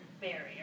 barrier